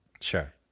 Sure